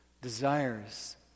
desires